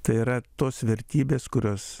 tai yra tos vertybės kurios